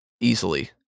Easily